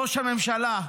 ראש הממשלה,